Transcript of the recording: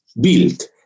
built